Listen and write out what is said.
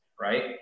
Right